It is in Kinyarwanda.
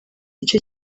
icyo